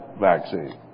vaccine